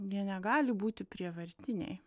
jie negali būti prievartiniai